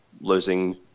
losing